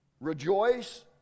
Rejoice